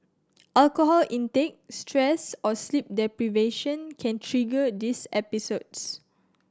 alcohol intake stress or sleep deprivation can trigger these episodes